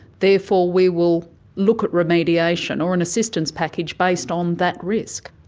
therefore we will look at remediation or an assistance package based on that risk?